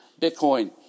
Bitcoin